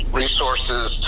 resources